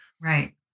Right